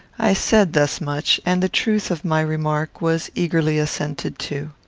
i said thus much, and the truth of my remark was eagerly assented to.